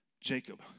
Jacob